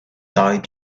died